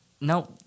No